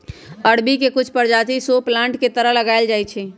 अरबी के कुछ परजाति शो प्लांट के तरह लगाएल जाई छई